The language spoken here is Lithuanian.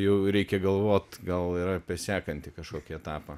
jau reikia galvot gal ir apie sekantį kažkokį etapą